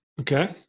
Okay